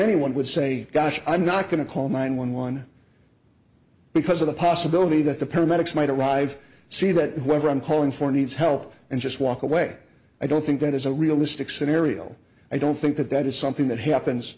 anyone would say gosh i'm not going to call nine one one because of the possibility that the paramedics might arrive see that whenever i'm calling for needs help and just walk away i don't think that is a realistic scenario i don't think that that is something that happens